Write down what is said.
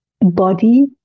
body